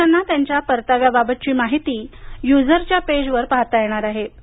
प्रवाशांना त्यांच्या परताव्या बाबतची माहिती युजरच्या पेजवर पाहता येणार आहे